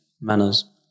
manners